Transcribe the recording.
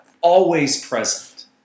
always-present